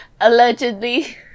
Allegedly